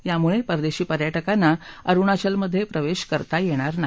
यामुळे परदेशी पर्यटकांना अरुणाचलमधे प्रवेश करता येणार नाही